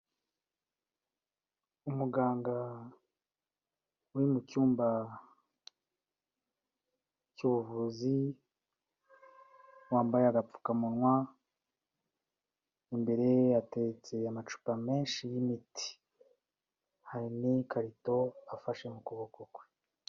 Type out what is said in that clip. Umuganga uri mu cyumba cy'ubuvuzi, wambaye agapfukamunwa, imbere ye hateretse amacupa menshi y'imiti, hari n'ikarito afashe mu kuboko kwe.